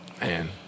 Man